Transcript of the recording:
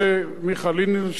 והיות שלא סיימנו,